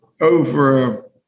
over